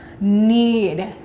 need